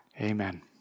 Amen